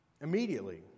Immediately